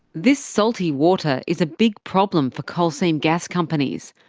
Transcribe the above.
this salty water is a big problem for coal seam gas companies.